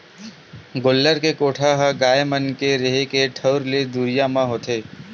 गोल्लर के कोठा ह गाय मन के रेहे के ठउर ले दुरिया म होथे